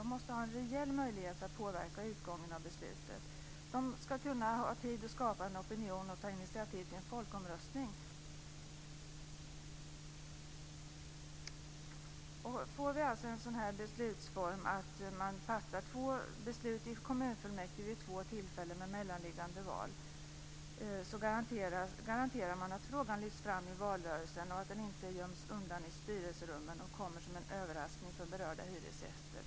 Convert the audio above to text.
De måste ha en reell möjlighet att påverka utgången av beslutet. De ska ha tid att skapa opinion och ta initiativ till folkomröstning. En beslutsform där man fattar två beslut i kommunfullmäktige vid två tillfällen med mellanliggande val skulle garantera att frågan lyfts fram i valrörelsen och inte göms undan i styrelserummen och kommer som en överraskning för berörda hyresgäster.